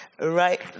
right